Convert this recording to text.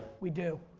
we do.